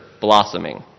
blossoming